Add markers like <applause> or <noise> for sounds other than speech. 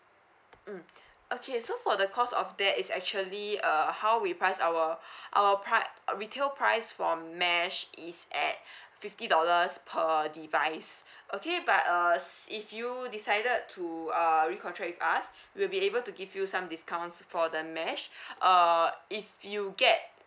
mm okay so for the cost of that is actually uh how we price our <breath> our pri~ uh retail price for mesh is at <breath> fifty dollars per device okay but uh s~ if you decided to uh recontract with us we'll be able to give you some discounts for the mesh <breath> err if you get